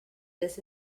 this